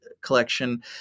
collection